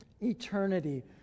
eternity